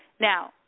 Now